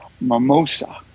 mimosa